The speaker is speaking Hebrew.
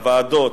הוועדות,